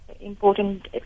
important